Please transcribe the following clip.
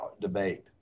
debate